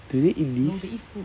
do they eat leaves